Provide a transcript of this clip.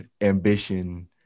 ambition